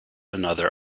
another